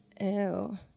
Ew